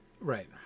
Right